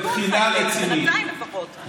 בינתיים לפחות.